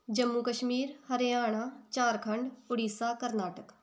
Jammu Kashmir Haryana Jharkhand Orissa Karnataka